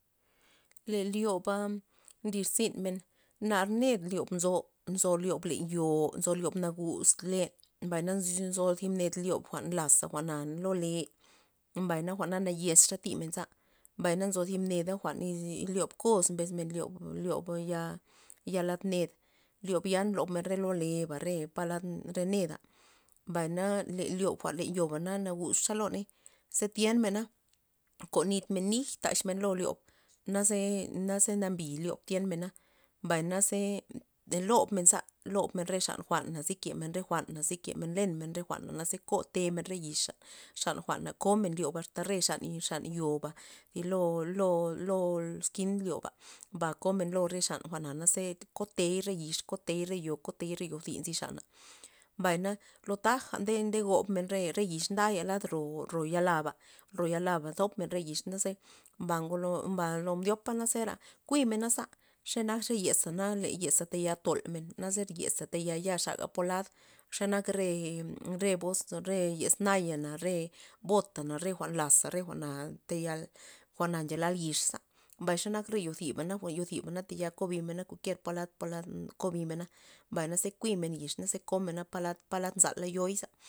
Le lyobaa' nlirzynmen, nar ned lyob nzo, nzo lyob len yo', nzo lyob naguz len, mbay nzo thib ned lyob jwa'n laza jwa'na lo le', mbay jwa'na naxez xa thimen za, mbay nzo thib neda jwa'n nly- lyob koz mbesxa men lyob- lyob ya- ya lad ned lyob ya nlob men re lo leba re palad re neda, mbayna le lyob jwa'n len yoba na naguz xei loney ze tyenmena konitmena nij taxmena lo lyob naze- nazee nambi lyob tyenmena, mbay naze lobmenza lob men re xan jwa'na zikemen re jwa'na zikemen len men re jwa'na naze kotemen re yixa xan jwa'na komen lyob asta xan- xan yo'ba zilo- lo- lo lo ezkin lyoba ba komer re xan jwa'na naze kotey re yix kotey re yo kotey re yozi nzi xana, mbayna lo taja ndegob re yixna na nda lad ro laba ro yalaba ba zopmen re yiz naze ba ngo ngolo ndyopa zera kuimenaza xe nak re yezana le yeza tayal tolmen naze yeza tayal xaga polad xe nak re- re bos re bos nayana re bota re jwa'n laza re jwa'na tayal jwa'na nchalan yix mbay xenak re yozibana re yoziba tayal kobimen na kualkier polad kobimena naze kuimen yix naze komena palad- palad nza yoi'.